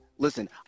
Listen